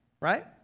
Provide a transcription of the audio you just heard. Right